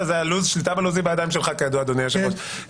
השליטה בלו"ז בידיים שלך, אדוני היושב-ראש.